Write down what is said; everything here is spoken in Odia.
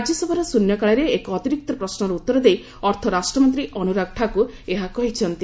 ରାଜ୍ୟସଭାରେ ଶୃନ୍ୟକାଳରେ ଏକ ଅତିରିକ୍ତ ପ୍ରଶ୍ନର ଉତ୍ତର ଦେଇ ଅର୍ଥରାଷ୍ଟ୍ରମନ୍ତ୍ରୀ ଅନୁରାଗ ଠାକୁର ଏହା କହିଚ୍ଚନ୍ତି